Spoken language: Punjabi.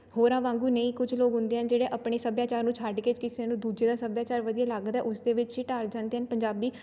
ਹੋਰਾਂ ਵਾਂਗੂੰ ਨਹੀਂ ਕੁਝ ਲੋਕ ਹੁੰਦੇ ਹਨ ਜਿਹੜੇ ਆਪਣੇ ਸੱਭਿਆਚਾਰ ਨੂੰ ਛੱਡ ਕੇ ਕਿਸੇ ਨੂੰ ਦੂਜੇ ਦਾ ਸੱਭਿਆਚਾਰ ਵਧੀਆ ਲੱਗਦਾ ਹੈ ਉਸਦੇ ਵਿੱਚ ਹੀ ਢੱਲ ਜਾਂਦੇ ਹਨ ਪੰਜਾਬੀ